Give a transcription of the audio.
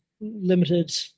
limited